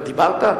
דיברת?